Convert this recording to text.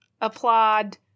applaud